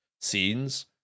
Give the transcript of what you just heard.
scenes